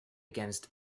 against